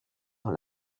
dans